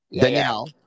Danielle